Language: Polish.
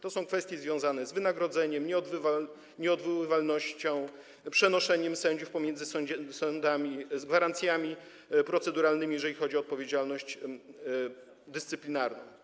To są kwestie związane z wynagrodzeniem, nieodwoływalnością, przenoszeniem sędziów pomiędzy sądami, z gwarancjami proceduralnymi, jeżeli chodzi o odpowiedzialność dyscyplinarną.